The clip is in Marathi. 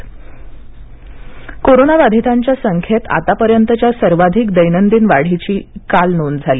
कोविड राष्ट्रीय कोरोना बाधितांच्या संख्येत आतापर्यंतच्या सर्वाधिक दैनंदिन वाढीची काल नोंद झाली